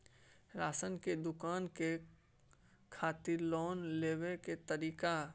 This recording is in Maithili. राशन के दुकान करै खातिर लोन लेबै के तरीका?